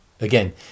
again